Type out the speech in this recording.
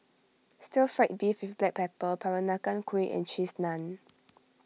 Stir Fried Beef with Black Pepper Peranakan Kueh and Cheese Naan